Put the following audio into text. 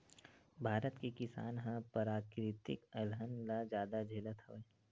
भारत के किसान ह पराकिरितिक अलहन ल जादा झेलत हवय